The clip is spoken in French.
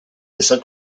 dessin